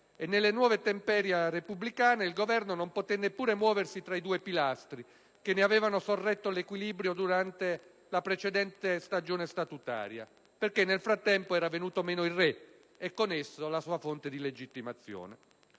nella nuova temperie repubblicana, il Governo non poté neppure muoversi tra i due pilastri che ne avevano sorretto l'equilibrio durante la precedente stagione statutaria. Perché nel frattempo era venuto meno il re e, con esso, la sua fonte di legittimazione.